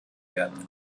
werden